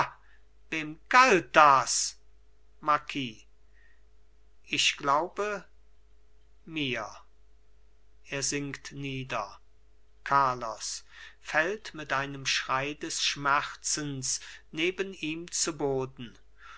wem galt das marquis ich glaube mir er sinkt nieder carlos fällt mit einem schrei des schmerzes neben ihm zu boden